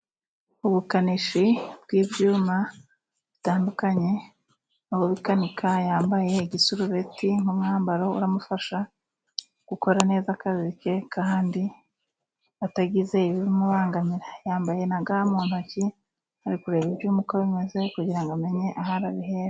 Ubukanishi bw'ibyuma bitandukanye. Uwubikanika yambaye igisurubeti nk'umwambaro umufasha gukora neza akazi ke, kandi atagize ibimubangamira. Yambaye na ga mu ntoki ari kureba ibyuma uko bimeze kugirango amenye aho arabihera.